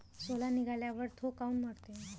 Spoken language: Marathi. सोला निघाल्यावर थो काऊन मरते?